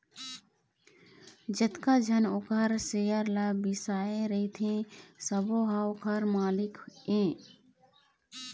जतका झन ओखर सेयर ल बिसाए रहिथे सबो ह ओखर मालिक ये